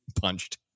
punched